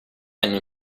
anni